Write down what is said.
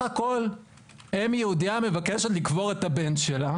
הכול אם יהודייה מבקשת לקבור את הבן שלה